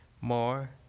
more